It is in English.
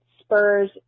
spurs